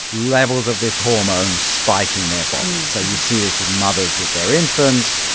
levels of this hormone spike in their bodies. so you see this with mothers with their infants,